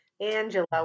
Angela